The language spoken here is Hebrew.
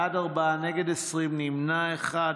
בעד, ארבעה, נגד, 20, נמנע אחד.